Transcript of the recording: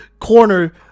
corner